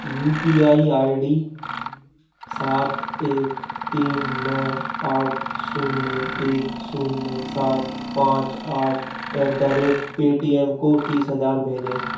you P I I D सात एक तीन नौ आठ शून्य एक शून्य सात पाँच आठ एट द रेट पेटीएम को तीस हज़ार भेजें